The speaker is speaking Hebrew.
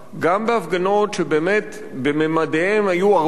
גם בהפגנות שבאמת בממדיהן היו הרבה הרבה